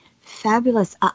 Fabulous